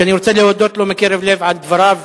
שאני רוצה להודות לו מקרב לב על דבריו,